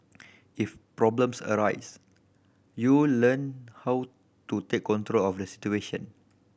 if problems arise you learn how to take control of the situation